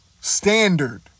standard